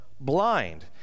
blind